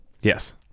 Yes